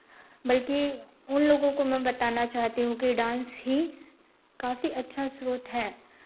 बल्कि उनलोगों में बताना चाहती हूँ कि डांस ही काफ़ी अच्छा श्रोत है